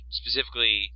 specifically